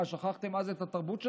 מה, שכחתם אז את התרבות שלכם?